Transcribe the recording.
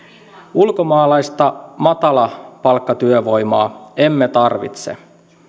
ulkomaalaista matalapalkkatyövoimaa emme tarvitse